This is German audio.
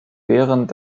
während